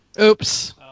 Oops